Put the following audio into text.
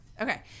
Okay